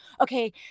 okay